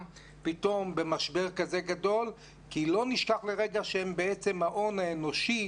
פתאום במשבר כזה גדול כי לא נשכח לרגע שהם בעצם ההון האנושי,